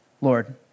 Lord